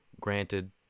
Granted